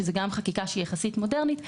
שהיא גם חקיקה מודרנית יחסית.